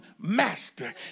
master